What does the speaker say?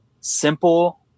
simple